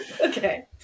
Okay